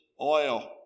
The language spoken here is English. oil